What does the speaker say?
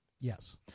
Yes